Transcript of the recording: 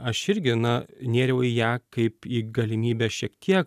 aš irgi na nėriau į ją kaip į galimybę šiek tiek